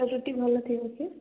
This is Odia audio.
ରୁଟି ଭଲ ଥିବ କି